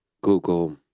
Google